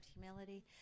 humility